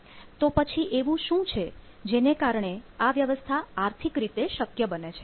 તો પછી એવું શું છે જેને કારણે આ વ્યવસ્થા આર્થિક રીતે શક્ય બને છે